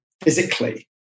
physically